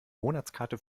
monatskarte